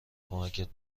کمکت